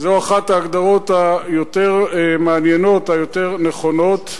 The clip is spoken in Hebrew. זו אחת ההגדרות היותר מעניינות, היותר נכונות.